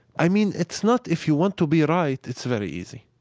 i mean, it's not if you want to be right, it's very easy.